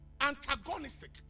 antagonistic